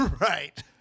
Right